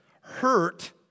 hurt